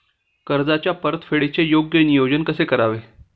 कर्जाच्या परतफेडीचे योग्य नियोजन कसे करावे?